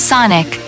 Sonic